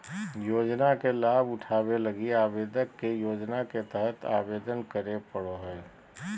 योजना के लाभ उठावे लगी आवेदक के योजना के तहत आवेदन करे पड़ो हइ